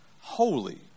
holy